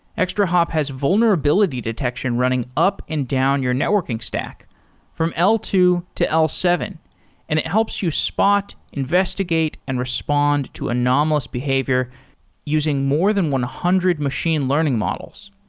extrahop has vulnerability detection running up and down your networking stock from l two to l seven and it helps you spot, spot, investigate and respond to anomalous behavior using more than one hundred machine learning models.